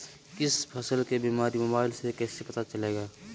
किसी फसल के बीमारी मोबाइल से कैसे पता चलेगा?